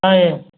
ꯇꯥꯏꯌꯦ